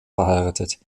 verheiratet